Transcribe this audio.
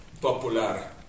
popular